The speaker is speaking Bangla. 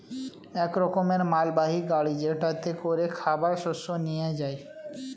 এক রকমের মালবাহী গাড়ি যেটাতে করে খাবার শস্য নিয়ে যায়